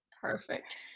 perfect